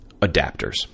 adapters